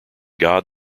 god